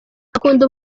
akunda